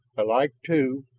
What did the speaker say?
alike, too,